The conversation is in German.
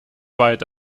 wald